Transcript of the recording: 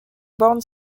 borne